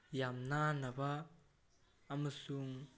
ꯌꯥꯝ ꯅꯥꯟꯅꯕ ꯑꯃꯁꯨꯡ